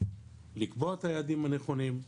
לקבוע את היעדים הנכונים,